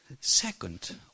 Second